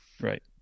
Right